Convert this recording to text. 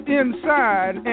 inside